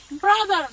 Brother